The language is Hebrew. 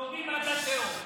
עד לתהום.